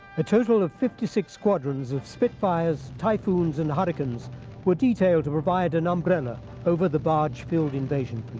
a total of fifty six squadrons of spitfires, typhoons, and hurricanes were detailed to provide an umbrella over the barge-filled invasion